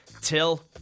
till